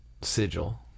sigil